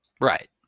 Right